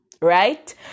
Right